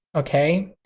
okay?